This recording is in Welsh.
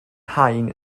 haen